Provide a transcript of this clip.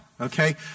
Okay